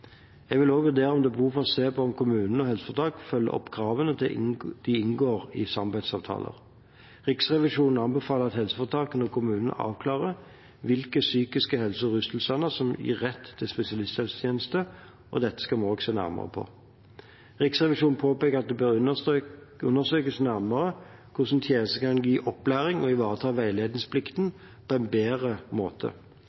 Jeg vil også vurdere om det er behov for å se på om kommuner og helseforetak følger opp kravene til å inngå samarbeidsavtaler. Riksrevisjonen anbefaler at helseforetakene og kommunene avklarer hvilke psykisk helse-tilstander og rustilstander som gir rett til spesialisthelsetjenester. Dette skal vi se nærmere på. Riksrevisjonen påpeker at det bør undersøkes nærmere hvordan tjenestene kan gi opplæring og ivareta